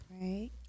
right